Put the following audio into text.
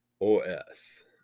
OS